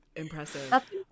impressive